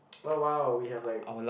oh wow we have like